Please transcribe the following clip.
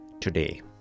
Today